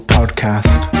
Podcast